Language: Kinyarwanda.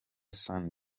san